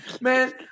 Man